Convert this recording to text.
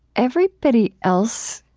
everybody else